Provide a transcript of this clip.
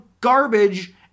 garbage